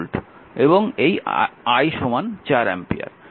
এবং এই I 4 ampere